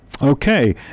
Okay